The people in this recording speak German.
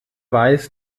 weiß